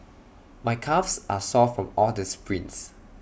my calves are sore from all the sprints